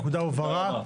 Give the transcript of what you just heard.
הנקודה הובהרה.